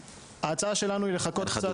ההצעה שלנו היא לחכות קצת,